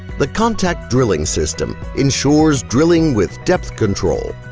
the contact drilling system ensures drilling with depth control,